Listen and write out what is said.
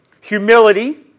humility